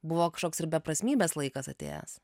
buvo kažkoks ir beprasmybės laikas atėjęs